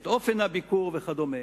את אופן הביקור וכדומה.